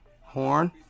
Horn